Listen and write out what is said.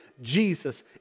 Jesus